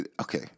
Okay